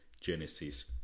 Genesis